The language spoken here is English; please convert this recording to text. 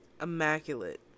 immaculate